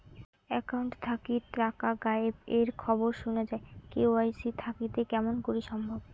Account থাকি টাকা গায়েব এর খবর সুনা যায় কে.ওয়াই.সি থাকিতে কেমন করি সম্ভব?